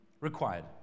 required